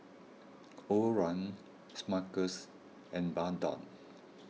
Overrun Smuckers and Bardot